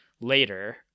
later